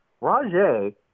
Rajay